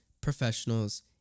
professionals